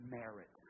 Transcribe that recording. merit